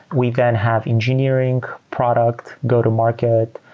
we then have engineering product, go-to-market,